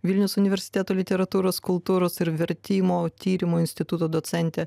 vilniaus universiteto literatūros kultūros ir vertimo tyrimo instituto docentė